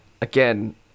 again